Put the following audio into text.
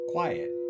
quiet